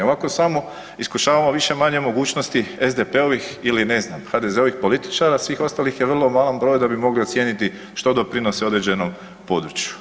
Ovako samo iskušavamo više-manje mogućnosti SDP-ovih ili ne znam HDZ-ovih političara, a svih ostalih je u vrlo malom broju da bi mogli ocijeniti što doprinosi određenom području.